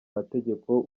mategeko